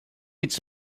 its